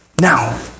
Now